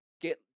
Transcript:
get